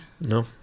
no